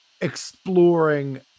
exploring